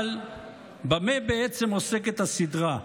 אבל במה בעצם עוסקת הסדרה?